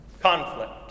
Conflict